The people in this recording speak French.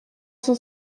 cent